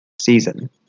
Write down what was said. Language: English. season